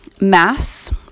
mass